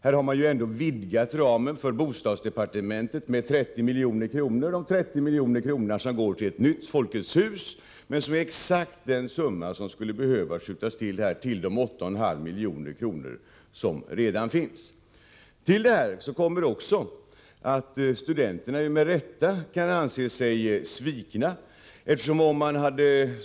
Man har ju ändock vidgat ramen för bostadsdepartementet med 30 milj.kr., de 30 miljoner som går till ett nytt Folkets hus och som är exakt den summa som skulle behöva skjutas till de 8,5 miljoner som redan finns. Till detta kommer att studenterna med rätta kan anse sig svikna.